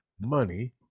money